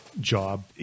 Job